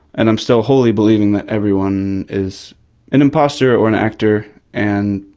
and i'm still wholly believing that everyone is an imposter or an actor and